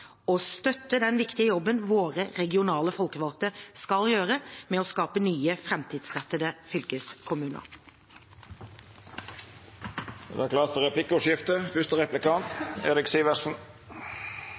støtte den viktige jobben våre regionale folkevalgte skal gjøre med å skape nye, framtidsrettede fylkeskommuner. Det